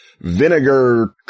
vinegar